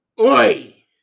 Oi